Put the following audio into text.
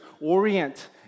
orient